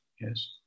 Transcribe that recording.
yes